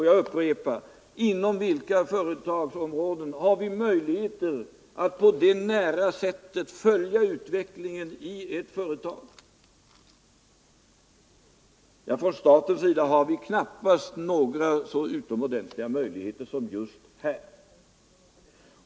Jag upprepar alltså: Inom vilka företagsområden har vi möjligheter att på ett så nära sätt följa utvecklingen i ett företag? Från statens sida har vi knappast några sådana utomordentliga möjligheter på annat håll.